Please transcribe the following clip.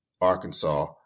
Arkansas